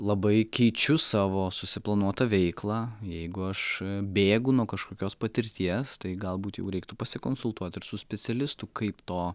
labai keičiu savo susiplanuotą veiklą jeigu aš bėgu nuo kažkokios patirties tai galbūt jau reiktų pasikonsultuoti ir su specialistu kaip to